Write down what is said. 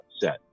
set